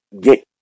get